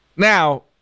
Now